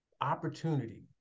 opportunity